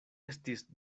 estis